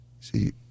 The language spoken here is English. see